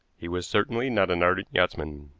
he was certainly not an ardent yachtsman.